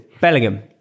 Bellingham